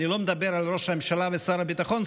אני לא מדבר על ראש הממשלה ושר הביטחון,